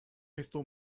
esto